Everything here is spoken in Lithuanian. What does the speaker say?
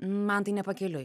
man tai ne pakeliui